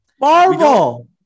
Marvel